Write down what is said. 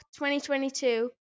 2022